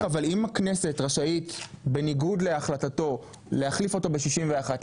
אבל אם הכנסת רשאית בניגוד להחלטתו להחליף אותו ב-61.